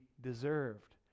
deserved